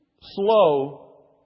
Slow